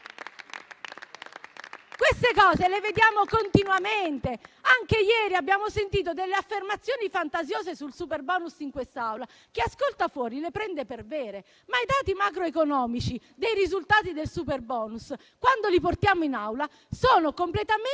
Queste cose le vediamo continuamente. Anche ieri abbiamo sentito delle affermazioni fantasiose sul superbonus in quest'Aula. Chi ascolta fuori le prende per vere. Ma i dati macroeconomici dei risultati del superbonus, quando li portiamo in Aula, sono completamente